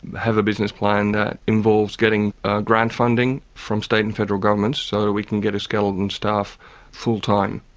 have a business plan that involves getting grant funding from state and federal governments, so we can get a skeleton staff full-time.